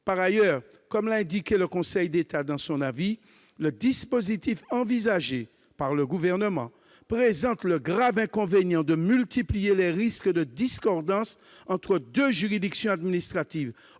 Par ailleurs, comme l'a indiqué le Conseil d'État dans son avis, le dispositif envisagé par le Gouvernement présente le grave inconvénient de multiplier les risques de discordance entre deux juridictions administratives,